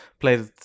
Played